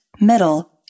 middle